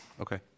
Okay